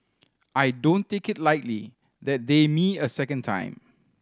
I don't take it lightly that they me a second time